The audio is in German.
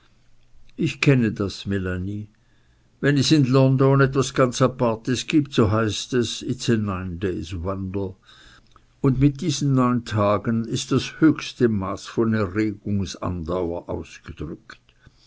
ich kenne das melanie wenn es in london etwas ganz apartes gibt so heißt es it is a nine days wonder und mit diesen neun tagen ist das höchste maß von erregungsandauer ausgedrückt